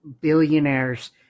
billionaires